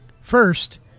First